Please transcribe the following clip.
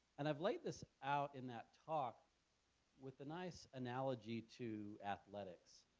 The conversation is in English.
and i've laid this out in that talk with the nice analogy to athletics,